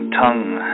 tongue